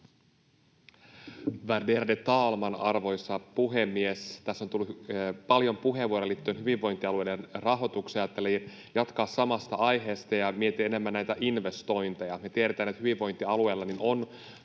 Värderade talman, arvoisa puhemies! Tässä on tullut paljon puheenvuoroja liittyen hyvinvointialueiden rahoitukseen, ja ajattelin jatkaa samasta aiheesta ja miettiä enemmän näitä investointeja. Me tiedetään, että hyvinvointialueilla on